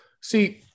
See